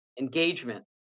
engagement